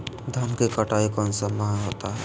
धान की कटाई कौन सा माह होता है?